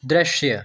दृश्य